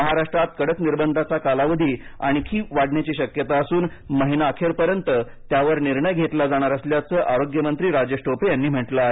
महाराष्ट्रात कडक निर्बंधांचा कालावधी वाढण्याची शक्यता असून महिनाअखेरपर्यंत त्यावर निर्णय घेतला जाणार असल्याचं आरोग्य मंत्री राजेश टोपे यांनी म्हटलं आहे